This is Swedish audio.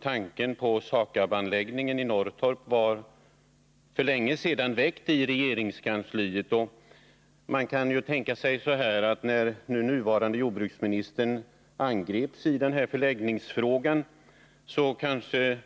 Tanken på SAKAB-anläggningen i Norrtorp var nämligen för länge sedan väckt i regeringskansliet. När nu den nuvarande jordbruksministern angrips i förläggningsfrågan kanske